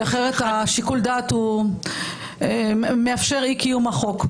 אחרת שיקול הדעת מאפשר אי קיום החוק.